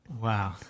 Wow